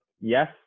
yes